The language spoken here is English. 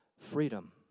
Freedom